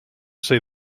say